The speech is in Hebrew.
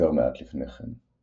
שנסגר מעט לפני כן.